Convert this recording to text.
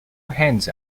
hands